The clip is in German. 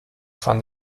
van